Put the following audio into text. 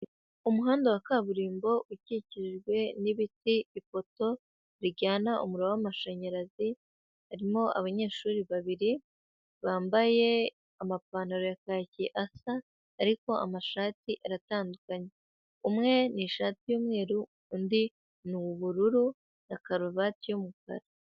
Umuhanda wa kaburimbo ukikijwe n'ibiti, ipoto rijyana umuriro w'amashanyarazi; harimo abanyeshuri babiri bambaye amapantaro ya kaki asa, ariko amashati aratandukanye, umwe ni ishati y'umweru undi ni ubururu na karuvati y'umukara.